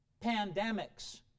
pandemics